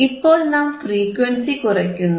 ഇപ്പോൾ നാം ഫ്രീക്വൻസി കുറയ്ക്കുന്നു